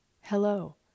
hello